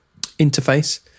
interface